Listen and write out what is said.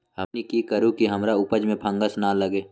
हमनी की करू की हमार उपज में फंगस ना लगे?